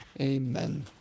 Amen